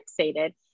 fixated